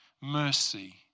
mercy